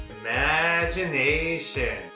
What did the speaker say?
Imagination